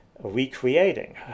recreating